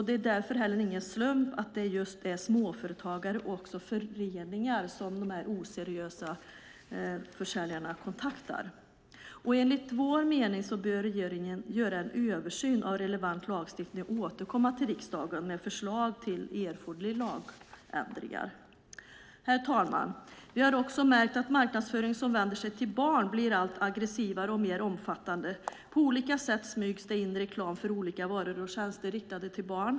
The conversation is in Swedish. Det är därför inte heller någon slump att det är just småföretagare och föreningar som dessa oseriösa försäljare kontaktar. Enligt vår mening bör regeringen göra en översyn av relevant lagstiftning och återkomma till riksdagen med förslag till erforderliga lagändringar. Herr talman! Vi har också märkt att marknadsföring som vänder sig till barn blir allt aggressivare och mer omfattande. På olika sätt smygs det in reklam för olika varor och tjänster riktade till barn.